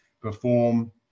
perform